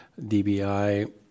Dbi